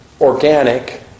organic